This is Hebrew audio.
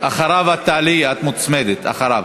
את תעלי אחריו.